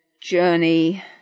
journey